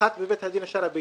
אחת בבית הדין השרעי ביפו.